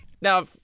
Now